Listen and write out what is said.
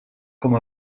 com